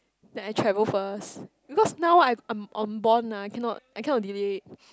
then I travel first because now I'm I'm on bond ah I cannot I cannot delay